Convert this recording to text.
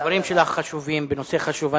הדברים שלך חשובים בנושא חשוב.